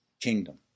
kingdom